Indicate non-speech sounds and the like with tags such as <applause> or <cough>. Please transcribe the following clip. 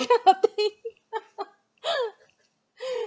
<laughs> that kind of thing <laughs>